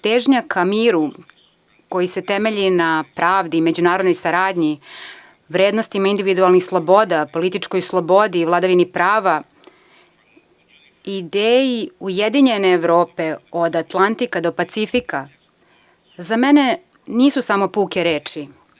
Težnja ka miru koji se temelji na pravdi, međunarodnoj saradnji, vrednostima individualnih sloboda, političkoj slobodi, vladavini prava, ideji ujedinjene Evrope od Atlantika do Pacifika, za mene nisu samo puke reči.